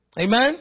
amen